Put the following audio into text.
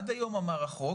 עד היום אמר החוק,